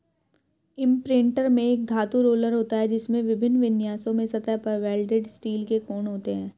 imprinter में एक धातु रोलर होता है, जिसमें विभिन्न विन्यासों में सतह पर वेल्डेड स्टील के कोण होते हैं